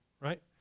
right